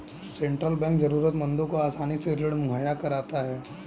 central bank जरूरतमंदों को आसानी से ऋण मुहैय्या कराता है